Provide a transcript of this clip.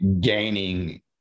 gaining